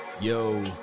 Yo